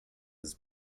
his